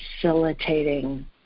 facilitating